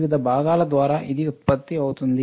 వివిధ ప్రభావాల ద్వారా ఇది ఉత్పత్తి అవుతుంది